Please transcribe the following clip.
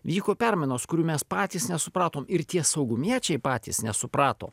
vyko permainos kurių mes patys nesupratom ir tie saugumiečiai patys nesuprato